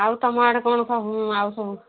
ଆଉ ତମ ଆଡ଼େ କଣ ସବୁ ଆଉସବୁ